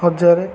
ହଜାରେ